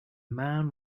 man